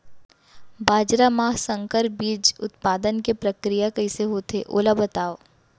बाजरा मा संकर बीज उत्पादन के प्रक्रिया कइसे होथे ओला बताव?